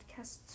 podcasts